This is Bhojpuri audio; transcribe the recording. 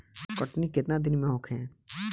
कटनी केतना दिन में होखे?